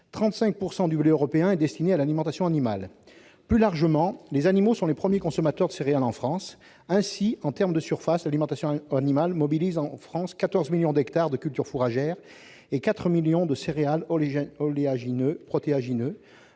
35 % du blé européen sont destinés à l'alimentation animale. Plus largement, les animaux sont les premiers consommateurs de céréales en France. Ainsi, en termes de surfaces, l'alimentation animale mobilise en France 14 millions d'hectares de cultures fourragères et 4 millions d'hectares de céréales, oléagineux, protéagineux,